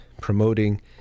promoting